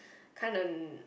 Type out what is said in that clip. kind of